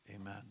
Amen